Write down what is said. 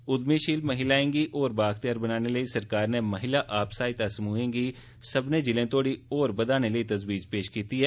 उघमीशील महिलायें गी होर बाअख्तेयार बनाने लेई सरकार नै महिला आप सहायता समूहें गी सब्बनै जिलें तोहड़ी होर बघाने लेई तजवीज पेश कीती ऐ